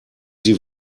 sie